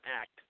act